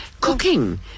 cooking